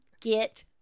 get